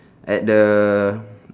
at the